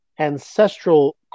ancestral